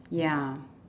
ya